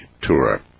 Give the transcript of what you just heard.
tour